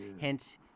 hence